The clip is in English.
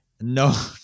No